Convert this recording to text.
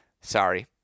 sorry